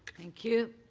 thank you.